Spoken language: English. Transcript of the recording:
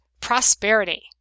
prosperity